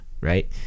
right